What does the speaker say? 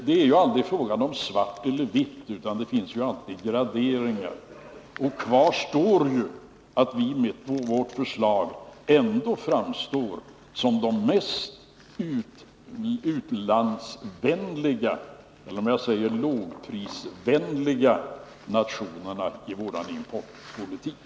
Det är aldrig fråga om svart eller vitt, utan det finns alltid graderingar. Kvar står att vi med vårt förslag ändå framstår som den mest lågprisvänliga nationen i vår importpolitik.